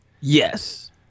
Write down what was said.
yes